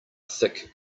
thick